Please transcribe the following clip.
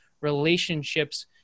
relationships